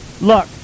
look